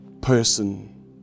person